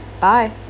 bye